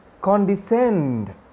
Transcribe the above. condescend